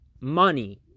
money